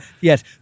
yes